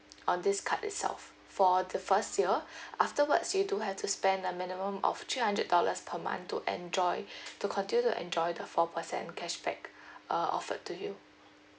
on this card itself for the first year afterwards you do have to spend a minimum of three hundred dollars per month to enjoy to continue to enjoy the four percent cashback uh offered to you